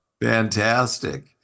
Fantastic